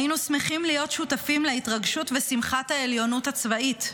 היינו שמחים להיות שותפים להתרגשות ושמחת העליונות הצבאית.